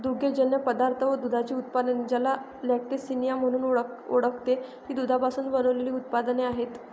दुग्धजन्य पदार्थ व दुधाची उत्पादने, ज्याला लॅक्टिसिनिया म्हणून ओळखते, ते दुधापासून बनविलेले उत्पादने आहेत